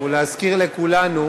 להזכיר לכולנו